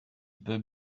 peut